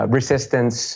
resistance